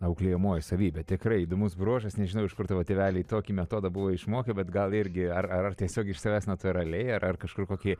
auklėjamoji savybė tikrai įdomus bruožas nežinau iš kur tavo tėveliai tokį metodą buvo išmokę bet gal irgi ar ar tiesiog iš savęs natūraliai ar kažkur kokį